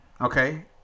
okay